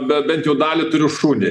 bet bent jau dalį turiu šunį